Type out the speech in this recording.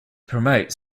promote